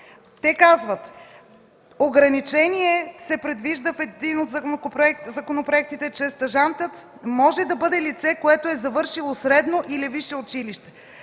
Те казват: „Ограничение се предвижда в един от законопроектите – че стажантът може да бъде лице, което е завършило средно или висше училище.